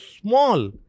small